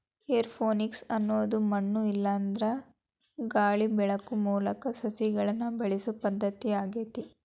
aeroponics ಅನ್ನೋದು ಮಣ್ಣು ಇಲ್ಲಾಂದ್ರನು ಗಾಳಿ ಬೆಳಕು ಮೂಲಕ ಸಸಿಗಳನ್ನ ಬೆಳಿಸೋ ಪದ್ಧತಿ ಆಗೇತಿ